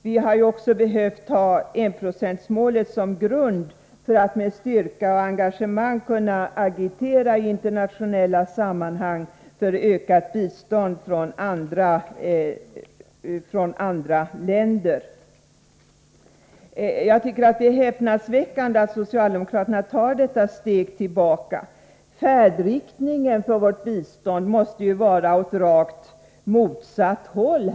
Vi har också behövt enprocentsmålet som grund för att i internationella sammanhang med styrka och engagemang kunna agitera för ökat bistånd från andra länder. Det är häpnadsväckande att socialdemokraterna tar detta steg tillbaka. Färdriktningen för vårt bistånd måste ju vara åt rakt motsatt håll.